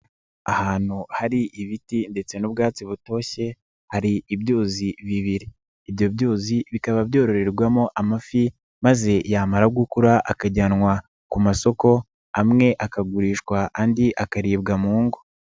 Ahantu hari ibiti ndetse n'ubwatsi butoshye hari ibyuzi bibiri, ibyo byuzi bikaba byororerwamo amafi maze yamara gukura akajyanwa ku masoko, amwe akagurishwa andi akaribwa mu ngo.